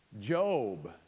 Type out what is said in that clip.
Job